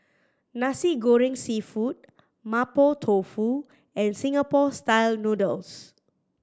Nasi Goreng Seafood Mapo Tofu and Singapore Style Noodles